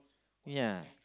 ya